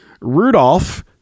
rudolph